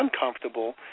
uncomfortable